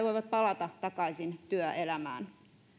voivat palata takaisin työelämään